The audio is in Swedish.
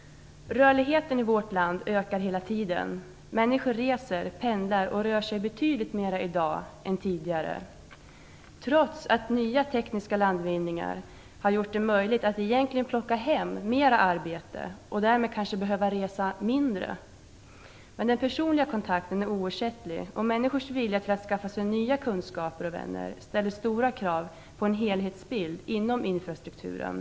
Rörligheten i vårt land ökar hela tiden. Människor reser, pendlar och rör sig betydligt mera i dag än tidigare. Detta sker trots att nya tekniska landvinningar har gjort det möjligt att egentligen plocka hem mera arbete och därmed resa mindre. Men den personliga kontakten är oersättlig. Människors vilja att skaffa sig nya kunskaper och vänner ställer stora krav på en helhetsbild inom infrastrukturen.